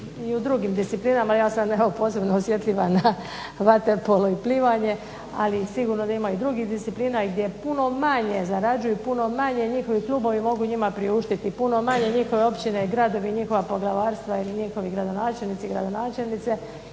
i u drugim disciplinama, ja sam evo posebno osjetljiva na vaterpolo i plivanje, ali sigurno da ima i drugih disciplina i gdje puno manje zarađuju i puno manje njihovi klubovi mogu njima priuštiti i puno manje njihove općine i gradovi i njihova poglavarstva ili njihovi gradonačelnici i gradonačelnice